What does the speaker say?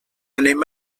anem